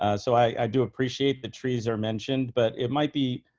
ah so i do appreciate the trees are mentioned, but it might be,